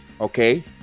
Okay